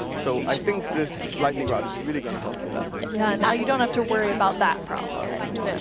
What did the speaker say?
so i think this lightning rod is really going to help with that. yeah, and now you don't have to worry about that problem anymore. yeah